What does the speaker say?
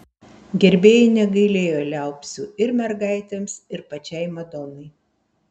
gerbėjai negailėjo liaupsių ir mergaitėms ir pačiai madonai